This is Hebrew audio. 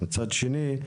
מצד שני,